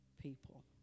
people